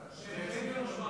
וביטחון?